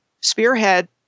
spearhead